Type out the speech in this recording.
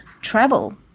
travel